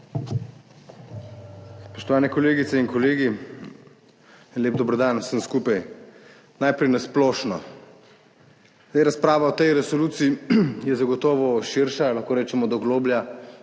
Spoštovani kolegice in kolegi, en lep dober dan vsem skupaj! Najprej na splošno. Zdaj, razprava o tej resoluciji je zagotovo širša, lahko rečemo, da globlja,